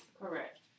Correct